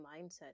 mindset